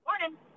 morning